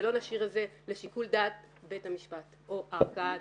ולא נשאיר את זה לשיקול דעת בית המשפט או ערכאה זהה.